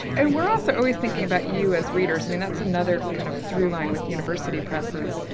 and we're also always thinking about you as readers, i mean, that's another kind of through line with university presses.